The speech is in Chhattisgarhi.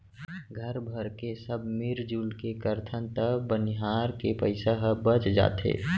घर भरके सब मिरजुल के करथन त बनिहार के पइसा ह बच जाथे